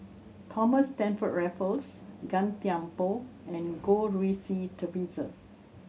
Thomas Stamford Raffles Gan Thiam Poh and Goh Rui Si Theresa